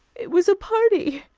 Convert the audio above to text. it was a party.